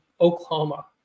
Oklahoma